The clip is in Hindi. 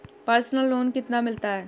पर्सनल लोन कितना मिलता है?